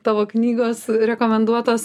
tavo knygos rekomenduotos